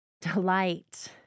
delight